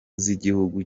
z’igihugu